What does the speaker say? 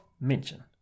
mention